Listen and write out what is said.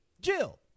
Jill